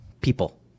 people